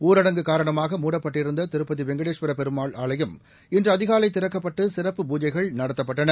ஊரடங்கு காலமாக மூடப்பட்டிருந்த திருப்பதி வெங்கடேஸ்வர பெருமாள் ஆலயம் இன்று அதிகாலை திறக்கப்பட்டு சிறப்பு பூஜைகள் நடத்தப்பட்டன